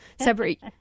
separate